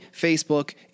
Facebook